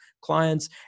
clients